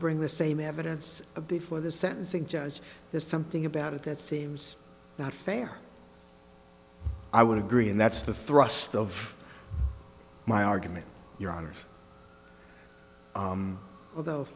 bring the same evidence before the sentencing judge there's something about it that seems not fair i would agree and that's the thrust of my argument your honor although